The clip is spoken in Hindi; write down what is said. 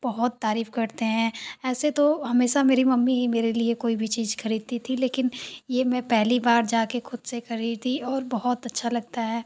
बहुत तारीफ़ करते हैं ऐसे तो हमेशा मेरी मम्मी ही मेरे लिए कोई भी चीज खरीदती थी लेकिन ये मैं पहली बार जा के खुद से खरीदी और बहुत अच्छा लगता है